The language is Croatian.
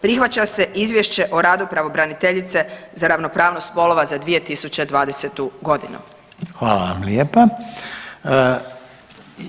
Prihvaća se Izvješće o radu pravobraniteljice za ravnopravnost spolova za 2020. godinu.